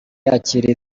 yakiriye